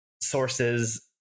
sources